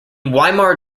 weimar